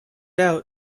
out